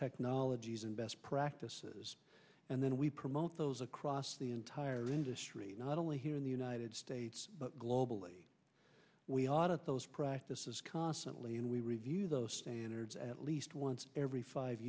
technologies and best practices and then we promote those across the entire industry not only here in the united states but globally we are at those practices constantly and we review those standards at least once every five